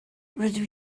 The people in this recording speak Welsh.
rydw